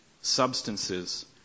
substances